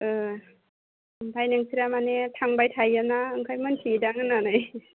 ओमफ्राय नोंस्रानिया थांबाय थायोना ओंखायनो मोन्थियोदां होननानै